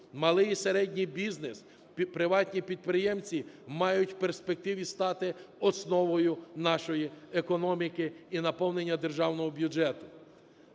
Малий і середній бізнес, приватні підприємці мають в перспективі стати основою нашої економіки і наповнення державного бюджету.